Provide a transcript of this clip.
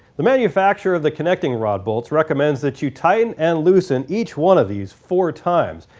the manufacturer of the connecting rod bolts recommends that you tighten and loosen each one of these four times.